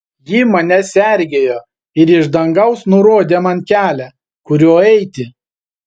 ji mane sergėjo ir iš dangaus nurodė man kelią kuriuo eiti